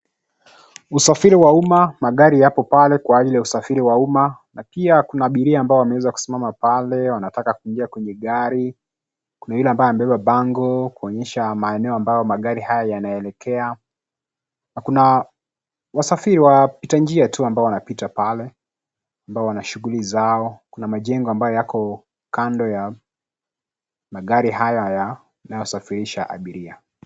Usafiri wa umma, magari yapo pale kwa ajili ya usafiri wa umma na pia kuna abiria ambao wameweza kusimama pale wanataka kuingia kwenye gari. Kuna yule ambaye amebeba bango kuonyesha maeneo ambao magari haya yanaelekea. Na kuna wasafiri; wapita njia tu ambao wanapita pale, ambao wana shughuli zao. Kuna majengo ambayo yako kando ya magari haya yanayosafirisha abiria.